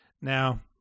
Now